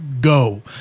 go